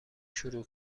شروع